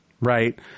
right